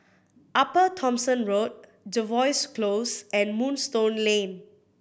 Upper Thomson Road Jervois Close and Moonstone Lane